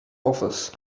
office